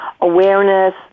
awareness